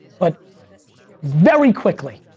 but very quickly